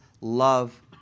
love